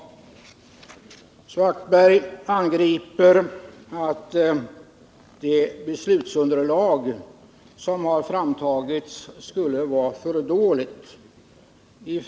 Herr Svartberg menar att det beslutsunderlag som har framtagits skulle vara alltför dåligt.